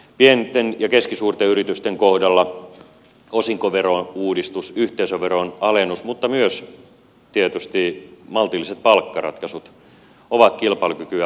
pienten ja keskisuurten yritysten kohdalla osinkoverouudistus yhteisöveron alennus mutta myös tietysti maltilliset palkkaratkaisut ovat kilpailukykyä parantavia